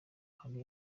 hari